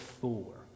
four